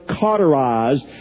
cauterized